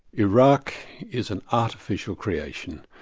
iraq is an artificial creation.